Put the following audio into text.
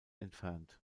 entfernt